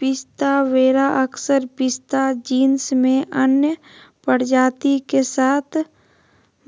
पिस्ता वेरा अक्सर पिस्ता जीनस में अन्य प्रजाति के साथ